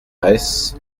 reiss